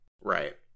right